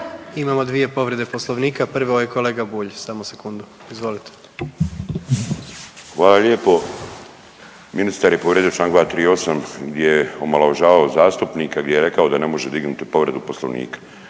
Imamo 2 povrede Poslovnika. Prvo je kolega Bulj, samo sekundu, izvolite. **Bulj, Miro (MOST)** Hvala lijepo. Ministar je povrijedio Članak 238., gdje je omalovažavao zastupnike gdje je rekao da ne može dignuti povredu Poslovnika.